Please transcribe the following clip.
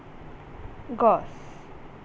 গছ